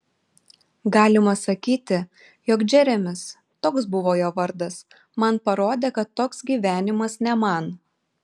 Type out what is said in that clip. galima sakyti jog džeremis toks buvo jo vardas man parodė kad toks gyvenimas ne man